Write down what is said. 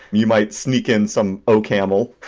you might sneak in some ocaml,